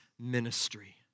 ministry